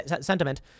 sentiment